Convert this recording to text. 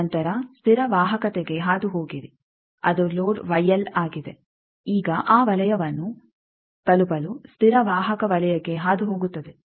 ನಂತರ ಸ್ಥಿರ ವಾಹಕತೆಗೆ ಹಾದುಹೋಗಿರಿ ಅದು ಲೋಡ್ ಆಗಿದೆ ಈಗ ಆ ವಲಯವನ್ನು ತಲುಪಲು ಸ್ಥಿರ ವಾಹಕ ವಲಯಕ್ಕೆ ಹಾದುಹೋಗುತ್ತದೆ